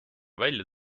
välja